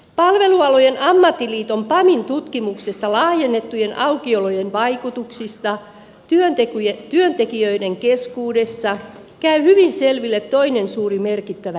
palvelualojen ammattiliiton pamin tutkimuksesta laajennettujen aukiolojen vaikutuksista työntekijöiden keskuudessa käy hyvin selville toinen suuri merkittävä epäkohta